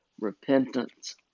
repentance